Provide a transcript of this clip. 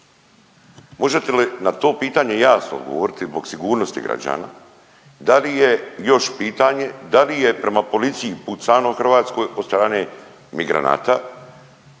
Možete li na to pitanje jasno odgovoriti zbog sigurnosti građana? Da li je, još pitanje, da li je prema policiji pucano hrvatskoj od strane migranata,